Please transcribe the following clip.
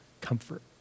comfort